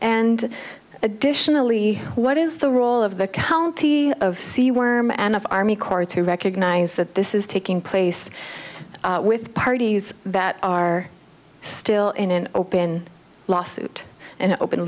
and additionally what is the role of the county of sea worm and of army corps to recognize that this is taking place with parties that are still in an open lawsuit an open